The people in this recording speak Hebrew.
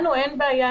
לנו אין בעיה,